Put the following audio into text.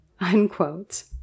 Unquote